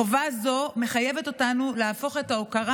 חובה זו מחייבת אותנו להפוך את ההוקרה